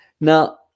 Now